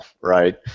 right